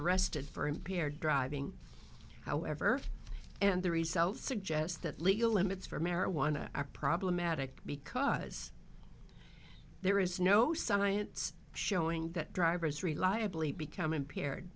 arrested for impaired driving however and the results suggest that legal limits for marijuana are problematic because there is no science showing that drivers reliably become impaired